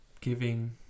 Giving